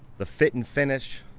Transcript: the fit and finish,